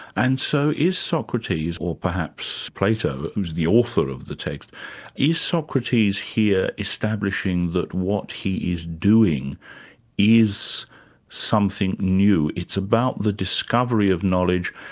and so is socrates or perhaps plato, who's the author of the text is socrates here establishing that what he is doing is something new it's about the discovery of knowledge,